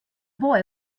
boy